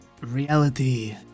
Reality